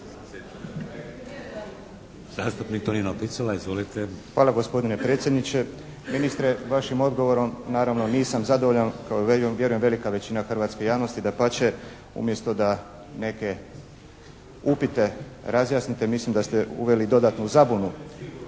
**Picula, Tonino (SDP)** Hvala gospodine predsjedniče. Ministre, vašim odgovorom naravno nisam zadovoljan kao i vjerujem velika većina hrvatske javnosti. Dapače umjesto da neke upite razjasnite mislim da ste uveli dodatnu zabunu.